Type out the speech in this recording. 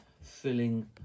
filling